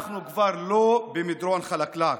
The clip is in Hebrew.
אנחנו כבר לא במדרון חלקלק,